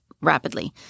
rapidly